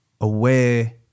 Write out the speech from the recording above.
aware